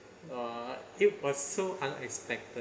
uh it was so unexpected